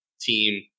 team